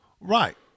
Right